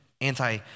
anti